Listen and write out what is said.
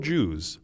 Jews